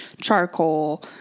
charcoal